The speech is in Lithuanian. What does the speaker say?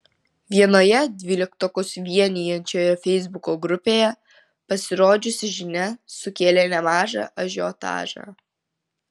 vienoje dvyliktokus vienijančioje feisbuko grupėje pasirodžiusi žinia sukėlė nemažą ažiotažą